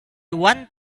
want